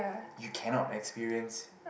you cannot experience